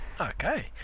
Okay